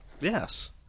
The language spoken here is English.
Yes